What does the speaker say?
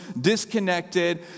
disconnected